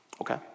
Okay